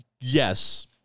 yes